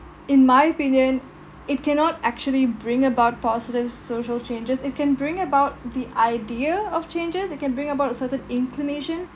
in my opinion it cannot actually bring about positive social changes it can bring about the idea of changes it can bring about a certain inclination